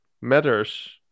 matters